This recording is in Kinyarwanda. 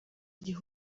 gihe